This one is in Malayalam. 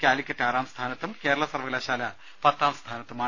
കാലിക്കറ്റ് ആറാം സ്ഥാനത്തും കേരള സർവകലാശാല പത്താം സ്ഥാനത്തുമാണ്